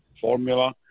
formula